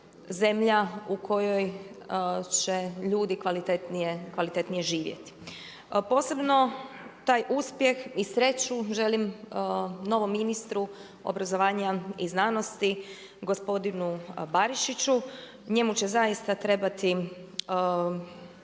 u kojoj će ljudi kvalitetnije živjeti. Posebno taj uspjeh i sreću želim novom ministru obrazovanja i znanosti gospodinu Barišiću. Njemu će zaista trebati